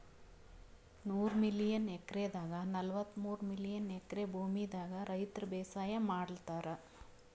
ನೂರ್ million ಎಕ್ರೆದಾಗ್ ನಲ್ವತ್ತಮೂರ್ million acre ಭೂಮಿದಾಗ್ ರೈತರ್ ಬೇಸಾಯ್ ಮಾಡ್ಲತಾರ್